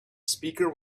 speaker